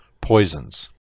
poisons